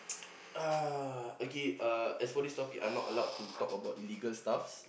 uh okay uh for this topic I'm not allowed to talk about illegal stuffs